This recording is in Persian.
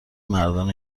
مردان